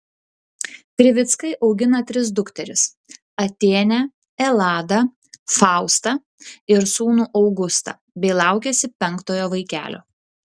krivickai augina tris dukteris atėnę eladą faustą ir sūnų augustą bei laukiasi penktojo vaikelio